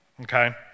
okay